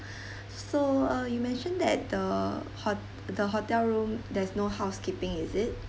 so uh you mentioned that the ho~ the hotel room there's no housekeeping is it